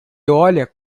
olha